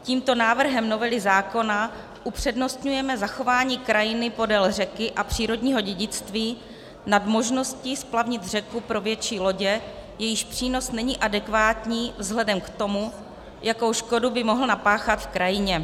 Tímto návrhem novely zákona upřednostňujeme zachování krajiny podél řeky a přírodního dědictví nad možností splavnit řeku pro větší lodě, jejichž přínos není adekvátní vzhledem k tomu, jakou škodu by mohl napáchat v krajině.